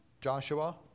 Joshua